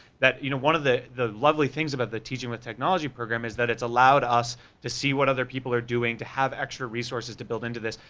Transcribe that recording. that, you know, one of the the lovely things about the teaching with technology program is that it's allowed us to see what other people are doing, to have extra resources to build into this,